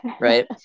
Right